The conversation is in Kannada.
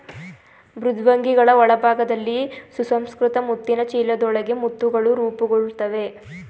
ಮೃದ್ವಂಗಿಗಳ ಒಳಭಾಗದಲ್ಲಿ ಸುಸಂಸ್ಕೃತ ಮುತ್ತಿನ ಚೀಲದೊಳಗೆ ಮುತ್ತುಗಳು ರೂಪುಗೊಳ್ತವೆ